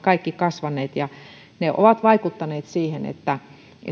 kaikki kasvaneet ja se on vaikuttanut siihen että